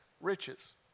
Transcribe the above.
riches